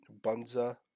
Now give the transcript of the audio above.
Bunza